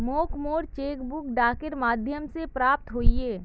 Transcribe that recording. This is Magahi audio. मोक मोर चेक बुक डाकेर माध्यम से प्राप्त होइए